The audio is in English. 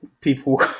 People